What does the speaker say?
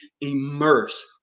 immerse